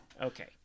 Okay